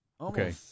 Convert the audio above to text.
Okay